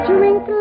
Drink